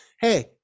Hey